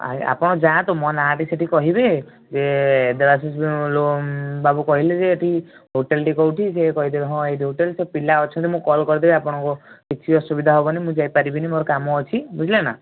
ଆଜ୍ଞା ଆପଣ ଯାଆନ୍ତୁ ମୋ ନାଆଁ ଟି ସେଇଟି କହିବେ ଯେ ଦେବାଶିଷ ବାବୁ କହିଲେ ଯେ ଏଇଠି ହୋଟେଲଟି କେଉଁଠି ସେ କହିଦେବେ ହଁ ଏଇଠି ହୋଟେଲ ସେ ପିଲା ଅଛନ୍ତି ମୁଁ କଲ୍ କରିଦେବି ଆପଣଙ୍କୁ କିଛି ଅସୁବିଧା ହେବନି ମୁଁ ଯାଇ ପରିବିନି ମୋର କାମ ଅଛି ବୁଝିଲେନା